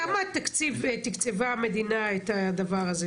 בכמה תקציב תקצבה המדינה את הדבר הזה?